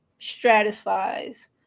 stratifies